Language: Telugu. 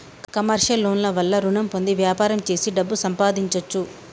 కమర్షియల్ లోన్ ల వల్ల రుణం పొంది వ్యాపారం చేసి డబ్బు సంపాదించొచ్చు